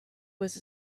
was